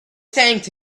thanked